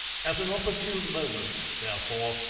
at an opportune moment, therefore,